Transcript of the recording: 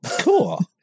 Cool